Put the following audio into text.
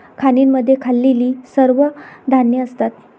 खाणींमध्ये खाल्लेली सर्व धान्ये असतात